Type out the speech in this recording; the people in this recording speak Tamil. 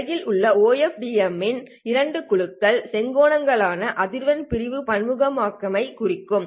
உலகில் உள்ள OFDM ன் இரண்டு குழுக்கள் செங்கோணங்களாலான அதிர்வெண் பிரிவு பன்முகமாக்கமை குறிக்கிறது